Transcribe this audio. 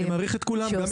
אני מעריך את כולם,